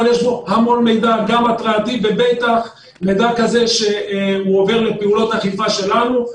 אבל יש בו המון מידע גם התרעתי ובטח מידע כזה שעובר לפעולות אכיפה שלנו.